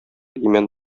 имән